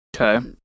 Okay